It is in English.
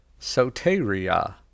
Soteria